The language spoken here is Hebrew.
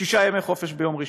שישה ימי חופש ביום ראשון,